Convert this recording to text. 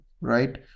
right